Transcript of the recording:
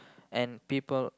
and people